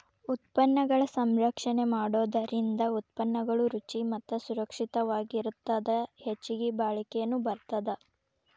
ಉತ್ಪನ್ನಗಳ ಸಂಸ್ಕರಣೆ ಮಾಡೋದರಿಂದ ಉತ್ಪನ್ನಗಳು ರುಚಿ ಮತ್ತ ಸುರಕ್ಷಿತವಾಗಿರತ್ತದ ಹೆಚ್ಚಗಿ ಬಾಳಿಕೆನು ಬರತ್ತದ